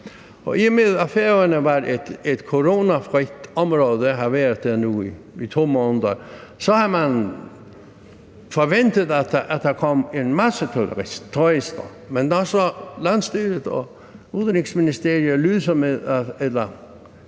og i og med at Færøerne var et coronafrit område og nu har været det i 2 måneder, så havde man forventet, at der kom en masse turister. Men når landsstyret og Udenrigsministeriet så averterer med,